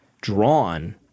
drawn